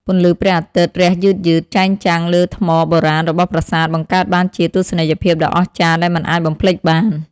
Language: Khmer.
ពន្លឺព្រះអាទិត្យរះយឺតៗចាំងចែងលើថ្មបុរាណរបស់ប្រាសាទបង្កើតបានជាទស្សនីយភាពដ៏អស្ចារ្យដែលមិនអាចបំភ្លេចបាន។